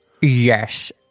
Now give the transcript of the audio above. yes